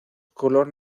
color